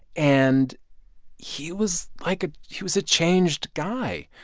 and he was like a he was a changed guy.